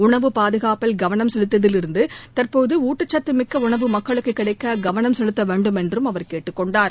உணவு பாதுகாப்பில் கவனம் செலுத்தியதிலிருந்து தற்போது ஊட்டச்சத்துமிக்க உணவு மக்களுக்கு கிடைக்க கவனம் செலுத்த வேண்டும் அவர் கேட்டுக்கொண்டார்